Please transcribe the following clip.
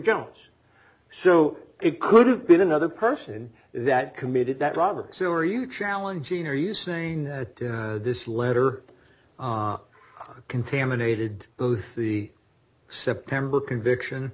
jones so it could have been another person that committed that roberts who are you challenging are you saying that this letter contaminated both the september conviction